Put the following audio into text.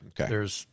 Okay